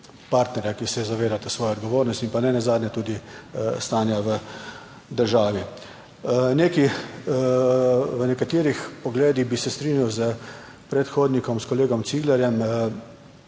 partnerja, ki se zavedate svoje odgovornosti in pa ne nazadnje tudi stanja v državi. Nekaj, v nekaterih pogledih bi se strinjal s predhodnikom, s kolegom Ciglerjem.